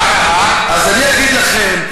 אז אני אגיד לכם,